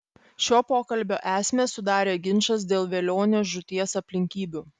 šio pokalbio esmę sudarė ginčas dėl velionio žūties aplinkybių